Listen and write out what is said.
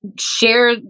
Share